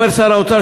אומר שר האוצר,